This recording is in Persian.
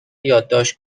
یادداشت